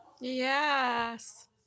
yes